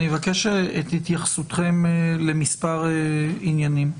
אני אבקש את התייחסותכם למספר עניינים.